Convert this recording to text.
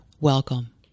Welcome